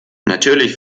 natürlich